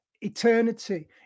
eternity